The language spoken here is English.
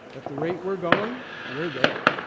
at the rate we're going, we're there.